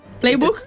Playbook